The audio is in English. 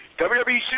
WWE